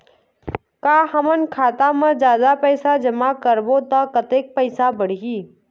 का हमन खाता मा जादा पैसा जमा करबो ता कतेक पैसा बढ़ही?